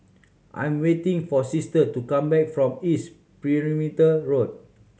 I'm waiting for Sister to come back from East Perimeter Road